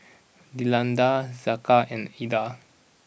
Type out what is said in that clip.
Delinda Saka and Eda